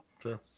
True